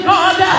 God